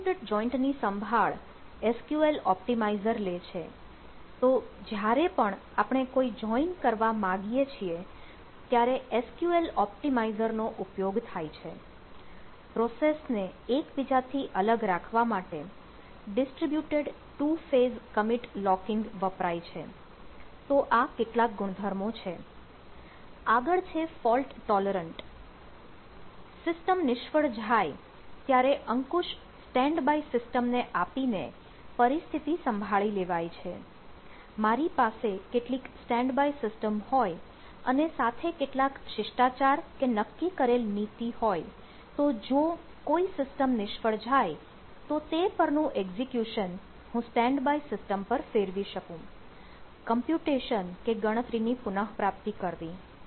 distributed joint કે ગણતરી ની પુનઃપ્રાપ્તિ કરવી